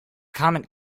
comet